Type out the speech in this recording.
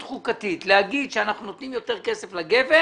לומר שאנחנו נותנים יותר כסף לגבר